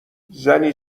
زنی